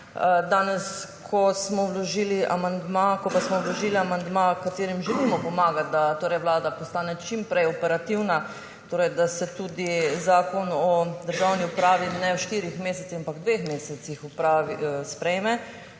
Danes, ko smo vložili amandma, s katerim želimo pomagati, da vlada postane čim prej operativna, torej da se tudi Zakon o državni upravi ne v štirih mesecih, ampak v dveh mesecih sprejme,